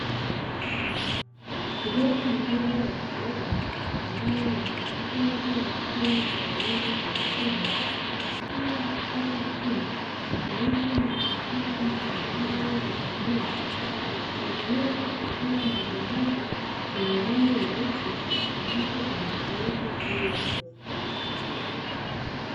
Kijana mmoja wa kiume ambaye ni mwanafunzi wa chuo cha elimu kwa vitendo akiwa katika chumba kilicho na vifaa mbalimbali, vya umeme akitengeneza kifaa mojawapo chenye rangi nyeusi ambacho amekiweka juu ya meza.